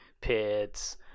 pits